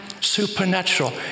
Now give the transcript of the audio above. supernatural